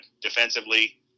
defensively